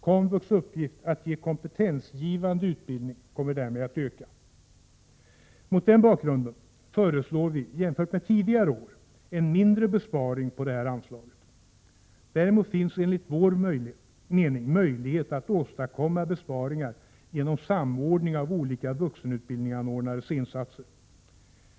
Komvux uppgift att ge kompetensgivande utbildning kommer därmed att öka. Mot denna bakgrund föreslår vi jämfört med tidigare år en mindre besparing på detta anslag. Däremot finns det enligt vår mening möjlighet att åstadkomma besparingar genom en samordning av de olika vuxenutbildningsanordnarnas insatser.